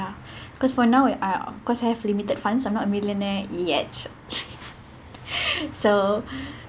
ya because for now I of course I have limited funds I'm not millionaire yet so